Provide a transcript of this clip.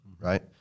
right